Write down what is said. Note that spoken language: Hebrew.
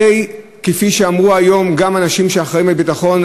כפי שאמרו היום גם אנשים שאחראים לביטחון,